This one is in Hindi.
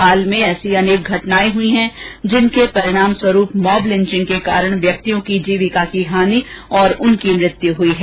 हाल में ऐसी अनेक घटनाएं हई हैं जिनके परिणामस्वरूप मॉब लिंचिंग के कारण व्यक्तियों की जीविका की हानि और उनकी मृत्यु हुई है